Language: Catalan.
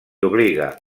obliga